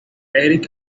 eric